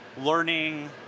learning